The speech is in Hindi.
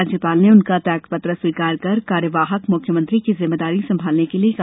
राज्यपाल ने उनका त्यागपत्र स्वीकार कर कार्यवाहक मुख्यमंत्री की जिम्मेदारी संभालने के लिये कहा